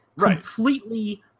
completely